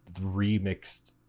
remixed